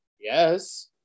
Yes